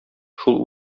шул